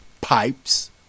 Pipes